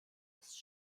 ist